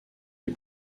les